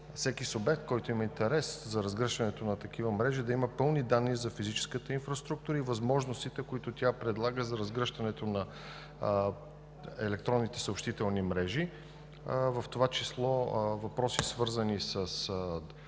всеки субект, който има интерес за разгръщането на такива мрежи, да има пълни данни за физическата инфраструктура и възможностите, които тя предлага за разгръщането на електронните съобщителни мрежи, в това число въпроси, свързани с